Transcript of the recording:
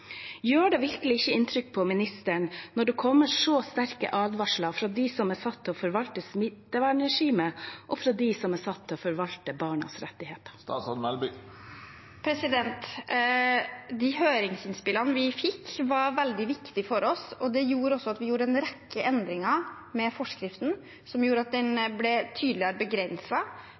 Gjør det virkelig ikke inntrykk på ministeren når det kommer så sterke advarsler fra dem som er satt til å forvalte smittevernregimet, og fra dem som er satt til å forvalte barnas rettigheter? De høringsinnspillene vi fikk, var veldig viktige for oss, og det gjorde også at vi gjorde en rekke endringer i forskriften, som gjorde at den ble tydeligere